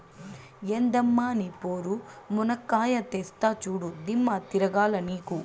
ఎందమ్మ నీ పోరు, మునక్కాయా తెస్తా చూడు, దిమ్మ తిరగాల నీకు